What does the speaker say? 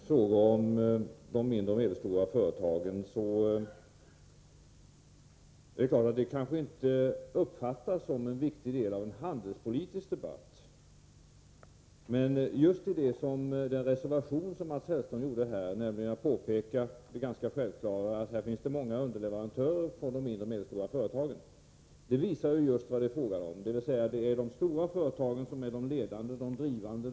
Frågan om de mindre och medelstora företagen uppfattas kanske inte som en viktig del av en handelspolitisk debatt. Men den reservation som Mats Hellström gjorde här, genom att påpeka det ganska självklara att det finns många underleverantörer bland de mindre och medelstora företagen, visar just vad det är fråga om. De stora företagen är ledande och drivande.